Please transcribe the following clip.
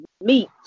meat